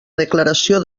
declaració